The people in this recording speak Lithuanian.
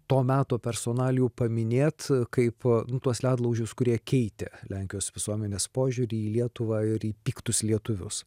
to meto personalijų paminėt kaip tuos ledlaužius kurie keitė lenkijos visuomenės požiūrį į lietuvą ir į piktus lietuvius